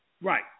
Right